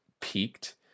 peaked